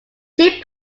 ship